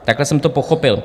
Takhle jsem to pochopil.